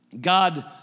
God